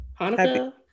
Hanukkah